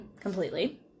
completely